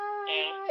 ya